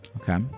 Okay